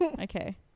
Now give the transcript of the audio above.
okay